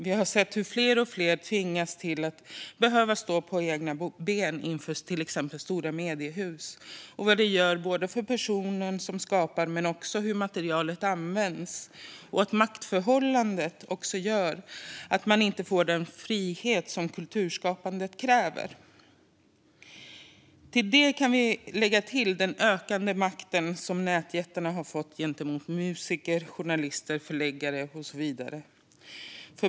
Vi har sett hur fler och fler tvingas stå på egna ben inför till exempel stora mediehus och vad det gör för personer som skapar men också för hur materialet används. Maktförhållandet gör också att man inte får den frihet som kulturskapandet kräver. Till detta kan vi lägga till den ökande makt som nätjättarna har fått gentemot musiker, journalister, förläggare och så vidare.